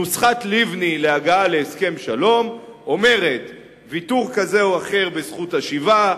נוסחת לבני להגעה להסכם שלום אומרת ויתור כזה או אחר בזכות השיבה,